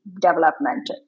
development